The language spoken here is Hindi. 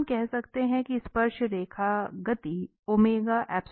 तो हम कह सकते हैं कि स्पर्शरेखा गति है